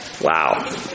Wow